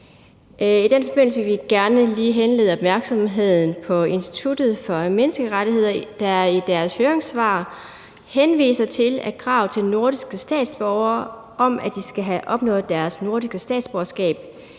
I den forbindelse vil vi gerne lige henlede opmærksomheden på Institut for Menneskerettigheder, som i deres høringssvar henviser til, at kravet til nordiske statsborgere om, at de skal have opnået deres nordiske statsborgerskab